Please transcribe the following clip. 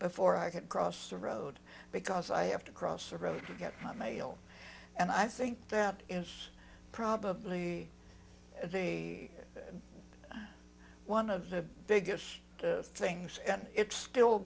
before i could cross the road because i have to cross the road to get my mail and i think that is probably the one of the biggest things and it's still